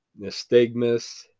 nystagmus